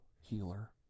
healer